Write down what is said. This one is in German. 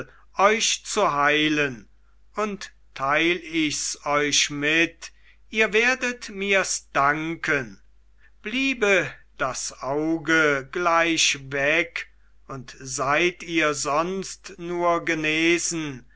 euch zu heilen und teil ichs euch mit ihr werdet mirs danken bliebe das auge gleich weg und seid ihr sonst nur genesen